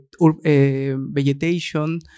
vegetation